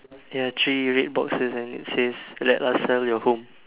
there are three red boxes and it says let us sell your home